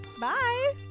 Bye